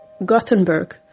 Gothenburg